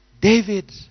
David